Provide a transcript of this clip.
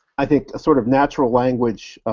i think a sort of natural language